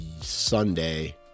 Sunday